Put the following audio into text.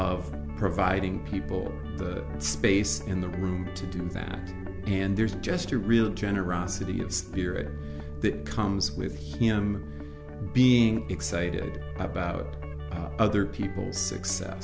of providing people the space in the world to do that and there's just a real generosity of spirit that comes with him being excited about other people